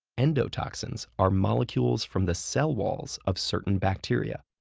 endotoxins are molecules from the cell walls of certain bacteria,